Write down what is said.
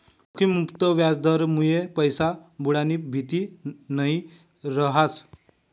जोखिम मुक्त याजदरमुये पैसा बुडानी भीती नयी रहास